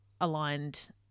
aligned